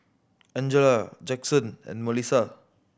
Angella Jaxon and Melissa